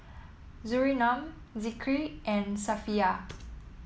Surinam Zikri and Safiya